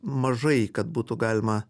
mažai kad būtų galima